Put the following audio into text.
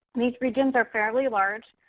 these regions are fairly large.